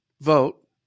vote